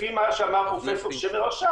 לפי מה שאמר פרופסור שמר עכשיו,